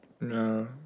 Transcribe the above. No